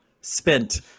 spent